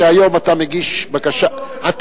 שהיום אתה מגיש תביעה,